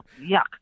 Yuck